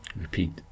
Repeat